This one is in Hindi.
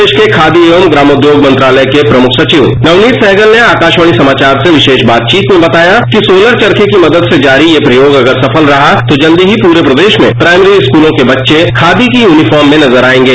प्रदेश के खादी एवं ग्रामोद्योग मंत्रालय के प्रमुख सचिव नवनीत सहगल ने आकाशवाणी समाचार से विशेष बातचीत में बताया कि सोलर चरखे की मदद से जारी यह प्रयोग सफल रहा तो जल्द ही पूरे प्रदेश में प्राइमरी स्कूलों के बच्चे खादी की यूनीफॉर्म में नजर आयेंगे